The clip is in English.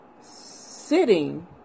sitting